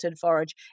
forage